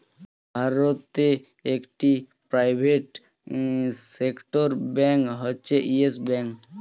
ভারতে একটি private sector bank হচ্ছে ইয়েস ব্যাঙ্ক